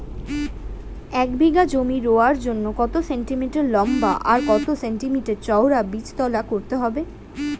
এক বিঘা জমি রোয়ার জন্য কত সেন্টিমিটার লম্বা আর কত সেন্টিমিটার চওড়া বীজতলা করতে হবে?